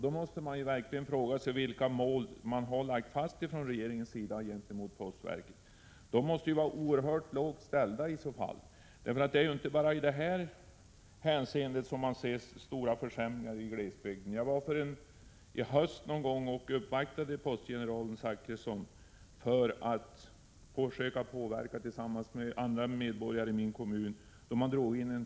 Då måste man fråga vilka mål regeringen har lagt fast gentemot postverket. De måste vara oerhört lågt satta i så fall. Det är ju inte bara i detta hänseende som man ser stora försämringar i glesbygden. Jag uppvaktade i höstas, tillsammans med andra medborgare i min kommun, postverkets generaldirektör Bertil Zachrisson för att försöka påverka honom med anledning av att en poststation har dragits in.